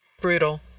Brutal